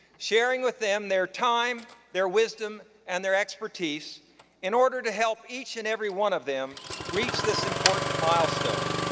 sharing with them their time, their wisdom, and their expertise in order to help each and every one of them reach this important milestone.